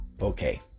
okay